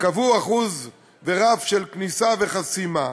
וקבעו אחוז ורף של כניסה וחסימה,